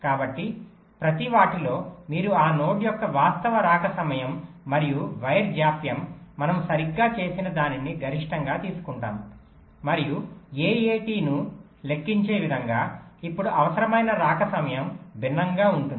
కాబట్టి ప్రతి వాటిలో మీరు ఆ నోడ్ యొక్క వాస్తవ రాక సమయం మరియు వైర్ జాప్యం మనము సరిగ్గా చేసినదానిని గరిష్టంగా తీసుకుంటాము మీరు AAT ను లెక్కించే విధంగా ఇప్పుడు అవసరమైన రాక సమయం భిన్నంగా ఉంటుంది